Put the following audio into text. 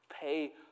pay